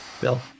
bill